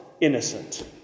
innocent